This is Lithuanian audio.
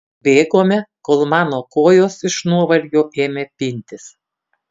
bėgome kol mano kojos iš nuovargio ėmė pintis